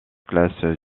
classe